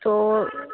তো